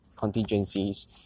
contingencies